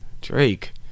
drake